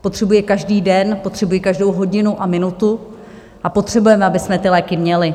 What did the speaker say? Potřebují je každý den, potřebují každou hodinu a minutu a potřebujeme, abychom ty léky měli.